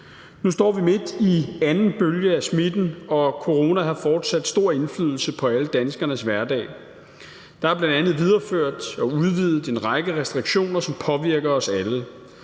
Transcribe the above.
Nu står vi midt i anden bølge af smitten, og corona har fortsat stor indflydelse på alle danskeres hverdag. Der er bl.a. videreført og udvidet en række restriktioner, som påvirker os alle,